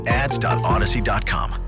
ads.odyssey.com